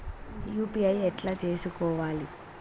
UPI ఎట్లా చేసుకోవాలి?